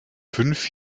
fünf